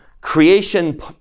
creation